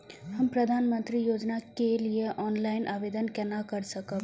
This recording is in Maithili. हम प्रधानमंत्री योजना के लिए ऑनलाइन आवेदन केना कर सकब?